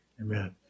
Amen